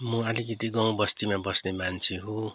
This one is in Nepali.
म आलिकति गाउँ बस्तीमा बस्ने मान्छे हो